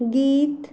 गीत